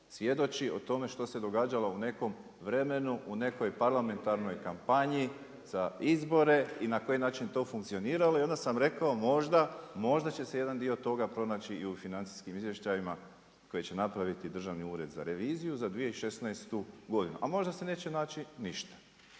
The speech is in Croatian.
svjedoči o tome što se događalo u nekom vremenu, u nekoj parlamentarnoj kampanji za izbore i na koji način je to funkcioniralo. I onda sam rekao možda će se jedan dio toga pronaći i u financijskim izvještajima koje će napraviti Državni ured za reviziju za 2016. godinu, a možda se neće naći ništa.